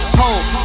home